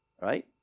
right